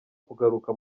kugaruka